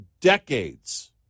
decades